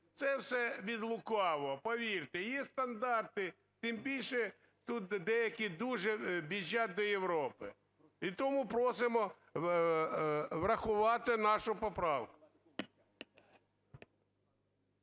Це все від лукавого, повірте, є стандарти, тим більше тут деякі дуже біжать до Європи. І тому просимо врахувати нашу поправку.